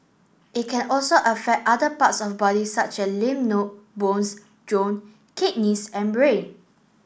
it can also affect other parts of body such as lymph node bones kidneys and brain